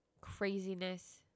craziness